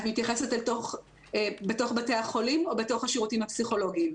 את מתייחסת בתוך בתי החולים או בתוך השירותים הפסיכולוגים?